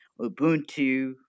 Ubuntu